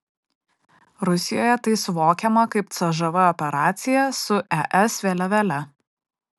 rusijoje tai suvokiama kaip cžv operacija su es vėliavėle